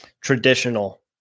traditional